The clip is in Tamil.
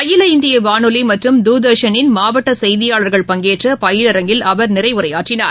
அகில இந்தியவானொலிமற்றும் தூர்தர்ஷனின் மாவட்டசெய்தியாளர்கள் பங்கேற்றபயிலரங்கில் அவர் நிறைவுரையாற்றினார்